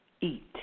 eat